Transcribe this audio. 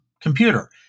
computer